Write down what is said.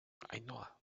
ainhoa